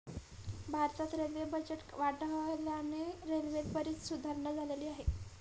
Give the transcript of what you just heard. भारतात railway budget वाढल्याने रेल्वेत बरीच सुधारणा झालेली आहे